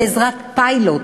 בעזרת פיילוט,